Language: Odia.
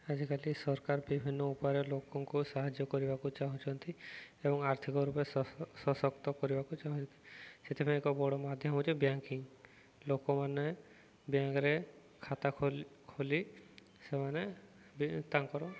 ଆଜିକାଲି ସରକାର ବିଭିନ୍ନ ଉପାୟରେ ଲୋକଙ୍କୁ ସାହାଯ୍ୟ କରିବାକୁ ଚାହୁଁଛନ୍ତି ଏବଂ ଆର୍ଥିକ ରୂପେ ସଶକ୍ତ କରିବାକୁ ଚାହୁଁଛନ୍ତି ସେଥିପାଇଁ ଏକ ବଡ଼ ମାଧ୍ୟମ ହେଉଛି ବ୍ୟାଙ୍କିଂ ଲୋକମାନେ ବ୍ୟାଙ୍କରେ ଖାତା ଖୋଲି ସେମାନେ ବି ତାଙ୍କର